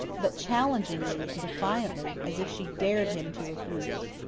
but challengingly and defiantly, as if she dared him to refuse.